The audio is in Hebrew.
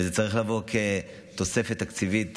וזה צריך לבוא כתוספת תקציבית.